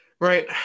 right